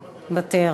מוותר,